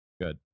Good